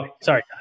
Sorry